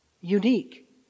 unique